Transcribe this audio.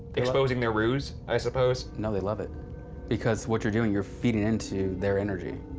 exposing their ruse, i suppose? no, they love it because what you're doing, you're feeding into their energy,